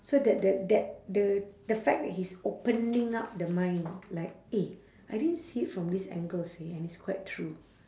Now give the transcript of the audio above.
so that that that the the fact that he's opening up the mind like eh I didn't see it from this angle seh and it's quite true